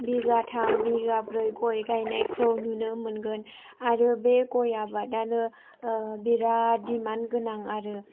बिगाथाम बिगाब्रै गय गायनायखौ नुनो मोनगोन आरो बे गय आबादानो बिराद दिमान्द गोनां आरो